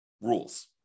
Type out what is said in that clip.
rules